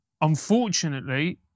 unfortunately